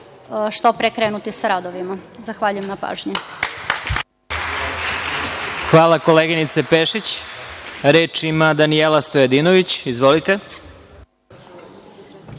što pre krenuti sa radovima. Zahvaljujem na pažnji. **Vladimir Marinković** Reč ima Danijela Stojadinović. Izvolite.